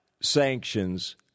sanctions